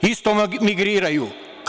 Isto migriraju.